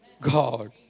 God